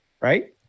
right